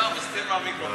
תודה רבה.